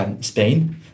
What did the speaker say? Spain